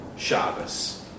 Shabbos